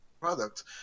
product